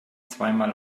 zweimal